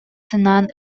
санаан